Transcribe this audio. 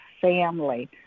family